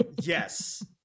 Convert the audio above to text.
Yes